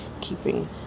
keeping